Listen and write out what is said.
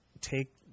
take